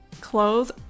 clothes